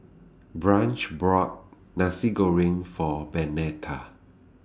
Branch bought Nasi Goreng For Bernetta